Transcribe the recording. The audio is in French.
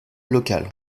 local